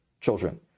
children